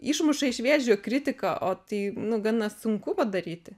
išmuša iš vėžių kritiką o tai gana sunku padaryti